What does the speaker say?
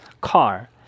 Car